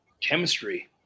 chemistry